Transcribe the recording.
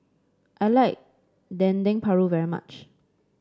I like Dendeng Paru very much